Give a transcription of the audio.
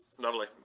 Lovely